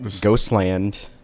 Ghostland